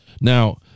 Now